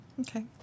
Okay